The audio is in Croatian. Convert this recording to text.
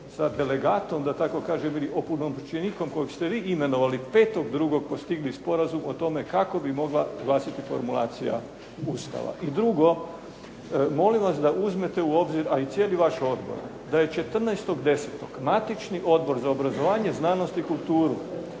sa delegatom da tako kažem ili opunomoćenikom kojeg ste vi imenovali 5.2. postigli sporazum o tome kako bi mogla glasiti formulacija Ustava. I drugo. Molim vas da uzmete u obzir, a i cijeli vaš odbor da je 14.10. matični Odbor za obrazovanje, znanost i kulturu